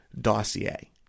dossier